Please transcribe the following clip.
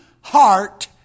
heart